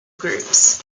groups